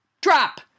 Drop